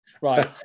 Right